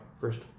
first